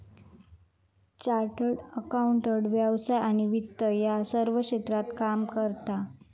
chartered accountant व्यवसाय आणि वित्त या सर्व क्षेत्रात काम करता